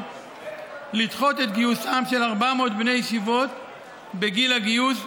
לדחות את גיוסם של 400 בני הישיבות בגיל הגיוס,